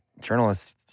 journalists